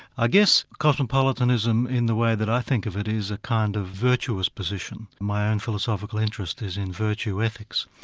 i guess cosmopolitanism in the way that i think of it, is a kind of virtuous position. my own philosophical interest is in virtue ethics,